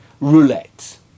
roulette